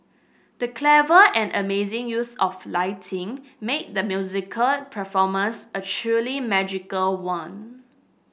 the clever and amazing use of lighting made the musical performance a truly magical one